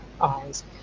eyes